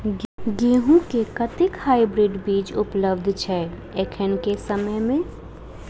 गेंहूँ केँ कतेक हाइब्रिड बीज उपलब्ध छै एखन केँ समय मे?